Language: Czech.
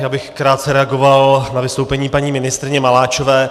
Já bych krátce reagoval na vystoupení paní ministryně Maláčové.